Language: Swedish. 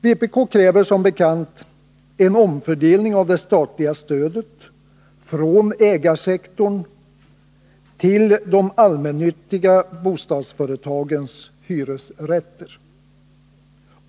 Vpk kräver som bekant en omfördelning av det statliga stödet från ägarsektorn till de allmännyttiga bostadsföretagens hyresrätter.